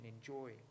enjoy